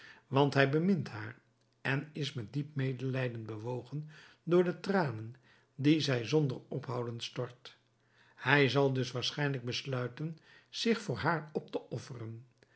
want hij bemint haar en is met diep medelijden bewogen door de tranen die zij zonder ophouden stort hij zal dus waarschijnlijk besluiten zich voor haar op te offeren